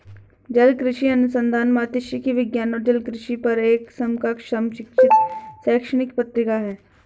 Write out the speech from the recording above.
जलकृषि अनुसंधान मात्स्यिकी विज्ञान और जलकृषि पर एक समकक्ष समीक्षित शैक्षणिक पत्रिका है